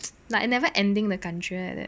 like never ending 的感觉 like that